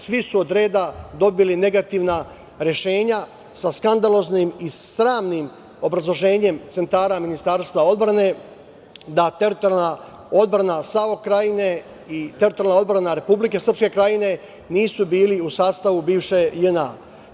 Svi su odreda dobili negativna rešenja sa skandaloznim i sramnim obrazloženjem centara Ministarstva odbrane da teritorijalna odbrana Savo-krajine i teritorijalna odbrana RSK nisu bili u sastavu bivše JNA.